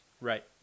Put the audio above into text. right